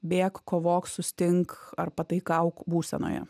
bėk kovok sustink ar pataikauk būsenoje